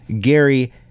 Gary